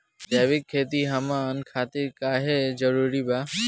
जैविक खेती हमन खातिर काहे जरूरी बा?